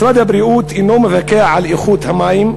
משרד הבריאות אינו מבקר את איכות המים,